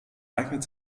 eignet